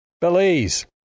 Belize